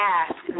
ask